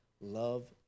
love